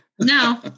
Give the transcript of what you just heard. No